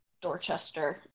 Dorchester